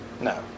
No